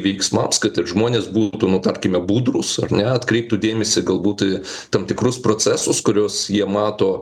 veiksmams kad ir žmonės būtų nu tarkime budrūs ar ne atkreiptų dėmesio galbūt į tam tikrus procesus kuriuos jie mato